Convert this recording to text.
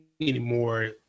anymore